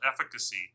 efficacy